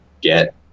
get